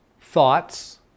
Thoughts